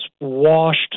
washed